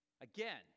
again